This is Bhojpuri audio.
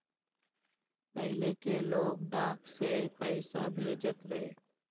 पहिले के लोग डाक से पईसा भेजत रहे